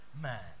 man